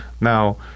Now